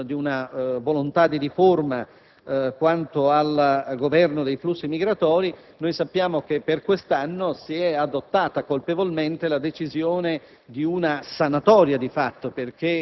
ha parlato di una volontà di riforma quanto al governo dei flussi migratori. Sappiamo che, per quest'anno, si è adottata colpevolmente la decisione